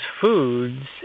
foods